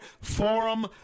forum